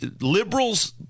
liberals